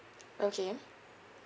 okay